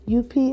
up